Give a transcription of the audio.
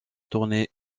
tournée